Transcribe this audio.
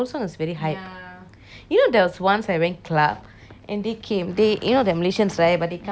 you know there was once I went club and they came they you know their malaysians right but they come singapore for some event